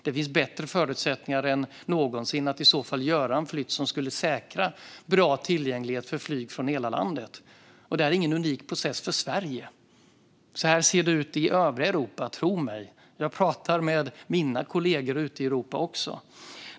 Det finns bättre förutsättningar än någonsin att i så fall göra en flytt som skulle säkra bra tillgänglighet för flyg från hela landet. Det är ingen unik process för Sverige. Så ser det ut i övriga Europa - tro mig! Jag pratar också med mina kollegor ute i Europa.